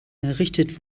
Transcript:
errichtet